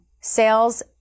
sales